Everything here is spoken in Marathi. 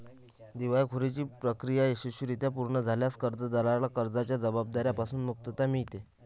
दिवाळखोरीची प्रक्रिया यशस्वीरित्या पूर्ण झाल्यास कर्जदाराला कर्जाच्या जबाबदार्या पासून मुक्तता मिळते